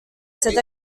cette